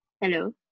hello